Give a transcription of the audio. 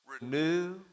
renew